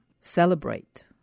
celebrate